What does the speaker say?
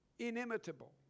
inimitable